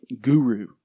guru